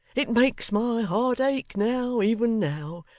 it makes my heart ache now, even now,